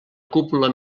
cúpula